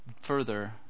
further